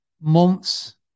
months